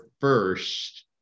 first